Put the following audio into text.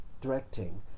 directing